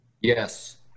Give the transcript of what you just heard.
Yes